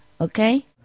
Okay